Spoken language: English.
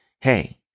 Hey